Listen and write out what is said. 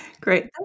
Great